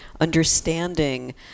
understanding